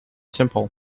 simple